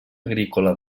agrícola